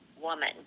woman